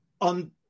on